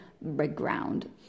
background